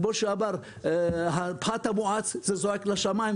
כמו שנאמר פה לגבי הפחת המואץ זה זועק לשמיים,